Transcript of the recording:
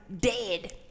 Dead